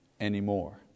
anymore